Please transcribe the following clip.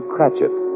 Cratchit